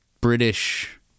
British